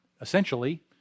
essentially